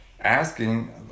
asking